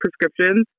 prescriptions